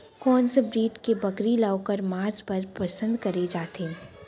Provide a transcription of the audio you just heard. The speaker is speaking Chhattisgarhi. कोन से ब्रीड के बकरी ला ओखर माँस बर पसंद करे जाथे?